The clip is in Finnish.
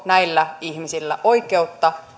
näillä ihmisillä oikeutta